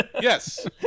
Yes